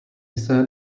said